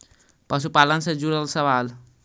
पशुपालन से जुड़ल सवाल?